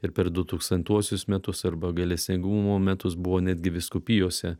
ir per du tūkstantuosius metus arba gailestingumo metus buvo netgi vyskupijose